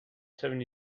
seven